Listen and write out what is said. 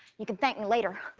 you can thank me later.